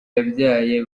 yabyaye